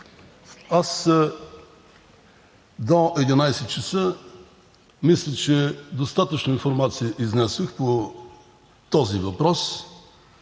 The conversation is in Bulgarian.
До 11,00 ч. мисля, че достатъчно информация изнесох по този въпрос